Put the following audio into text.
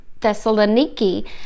thessaloniki